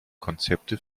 konzepte